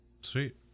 sweet